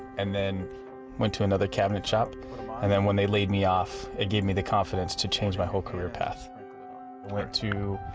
and then went to another cabinet shop and then when they laid me off, it gave me the confidence to change my whole career path. i went to